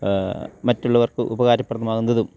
മറ്റുള്ളവർക്ക് ഉപകാരപ്രദമാകുന്നതും